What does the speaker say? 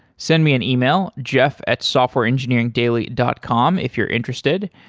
send me an email, jeff at softwareengineeringdaily dot com if you're interested.